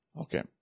Okay